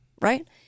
right